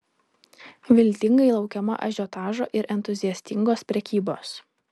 viltingai laukiama ažiotažo ir entuziastingos prekybos